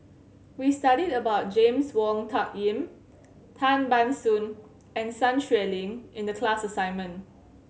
we studied about James Wong Tuck Yim Tan Ban Soon and Sun Xueling in the class assignment